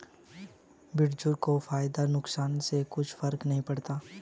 बिरजू को फायदा नुकसान से कुछ फर्क नहीं पड़ता